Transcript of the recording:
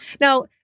Now